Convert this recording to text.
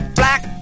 black